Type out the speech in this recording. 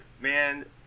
man